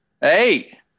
Hey